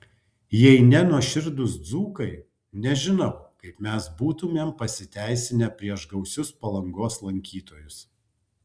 jei ne nuoširdūs dzūkai nežinau kaip mes būtumėm pasiteisinę prieš gausius palangos lankytojus